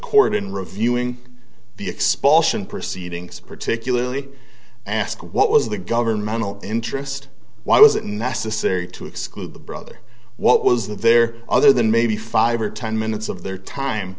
court in reviewing the expulsion proceedings particularly ask what was the governmental interest why was it necessary to exclude the brother what was there other than maybe five or ten minutes of their time